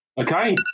Okay